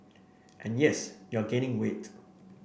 and yes you're gaining weight